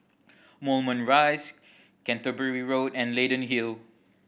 Moulmein Rise Canterbury Road and Leyden Hill